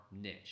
niche